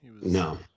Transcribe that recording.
No